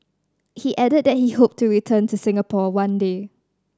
he added that he hoped to return to Singapore one day